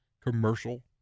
commercial